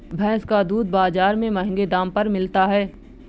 भैंस का दूध बाजार में महँगे दाम पर मिलता है